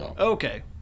Okay